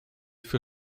für